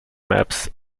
maps